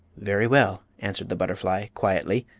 very well, answered the butterfly, quietly,